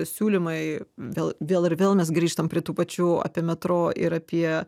siūlymai vėl vėl ir vėl mes grįžtam prie tų pačių apie metro ir apie